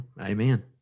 amen